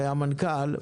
המנכ"ל,